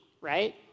right